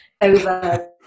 over